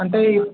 అంటే